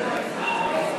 אתה רוצה?